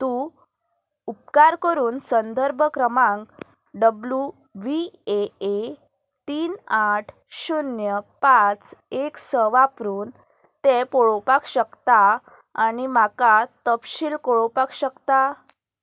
तूं उपकार करून संदर्भ क्रमांक डब्ल्यू वी ए ए तीन आठ शुन्य पांच एक स वापरून तें पळोवपाक शकता आनी म्हाका तपशील कळोवपाक शकता